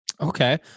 Okay